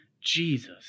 Jesus